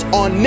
on